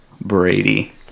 Brady